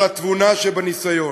על התבונה שבניסיון.